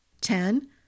ten